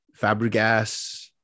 Fabregas